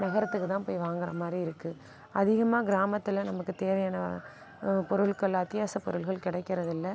நகரத்துக்கு தான் போய் வாங்குகிற மாதிரி இருக்குது அதிகமாக கிராமத்தில் நமக்கு தேவையான பொருள்கள் அத்தியாவசியப் பொருள்கள் கிடைக்கிறதில்ல